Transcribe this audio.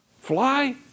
Fly